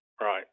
Right